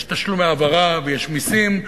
יש תשלומי העברה ויש מסים,